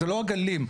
וזה לא רק גלים,